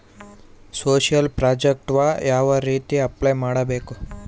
Social project ಯಾವ ರೇತಿ apply ಮಾಡಬೇಕು?